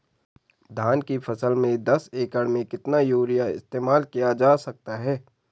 धान की फसल में दस एकड़ में कितना यूरिया इस्तेमाल किया जा सकता है?